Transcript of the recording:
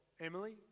Emily